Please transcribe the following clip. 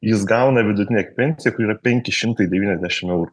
jis gauna vidutinę pensija kuri yra penki šimtai devyniasdešimt eurų